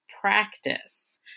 practice